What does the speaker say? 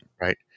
Right